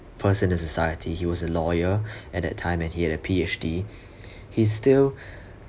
person in society he was a lawyer at that time and he had a P_H_D he's still